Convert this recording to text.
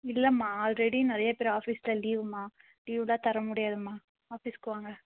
இல்லைம்மா ஆல்ரெடி நிறையா பேர் ஆஃபீஸ்சில் லீவும்மா லீவெலாம் தர முடியாதும்மா ஆஃபீஸ்சுக்கு வாங்க